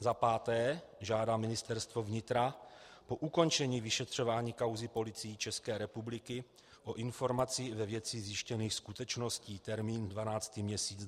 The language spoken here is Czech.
V. žádá Ministerstvo vnitra po ukončení vyšetřování kauzy Policií České republiky o informaci ve věci zjištěných skutečností termín 12. měsíc 2015;